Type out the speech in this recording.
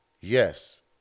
yes